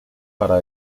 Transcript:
para